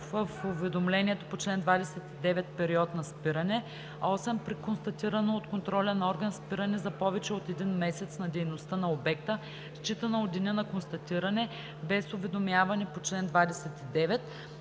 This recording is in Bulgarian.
в уведомлението по чл. 29 период на спиране; 8. при констатирано от контролен орган спиране за повече от един месец на дейността на обекта, считано от деня на констатиране, без уведомяване по чл. 29.